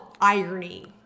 irony